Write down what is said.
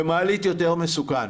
במעלית יותר מסוכן.